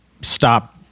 stop